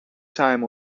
time